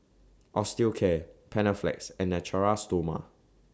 Osteocare Panaflex and Natura Stoma